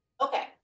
Okay